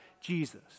Jesus